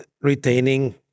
retaining